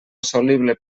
assolible